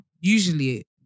usually